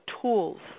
tools